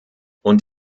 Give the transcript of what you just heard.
und